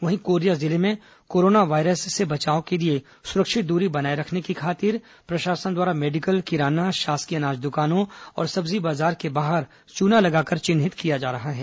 वहीं कोरिया जिले में कोराना वायरस से बचाव के लिए सुरक्षित दूरी बनाए रखने की खातिर प्रशासन द्वारा मेडिकल किराना शासकीय अनाज दुकानों और सब्जी बाजार के बाहर चूना लगाकर चिन्हित किया जा रहा है